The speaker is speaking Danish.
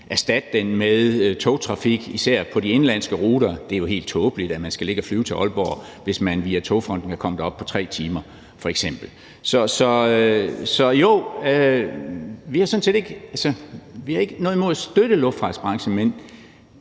at erstatte den med togtrafik, især på de indenlandske ruter; det er jo helt tåbeligt, at man skal ligge og flyve til Aalborg, hvis man ifølge aftalen om Togfonden DK kan komme derop på 3 timer, f.eks. Så jo, vi har ikke noget imod at støtte luftfartsbranchen, men